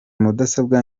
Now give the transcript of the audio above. mudasobwa